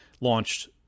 launched